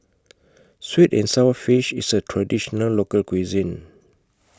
Sweet and Sour Fish IS A Traditional Local Cuisine